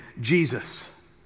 Jesus